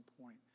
point